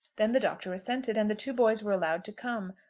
then the doctor assented, and the two boys were allowed to come.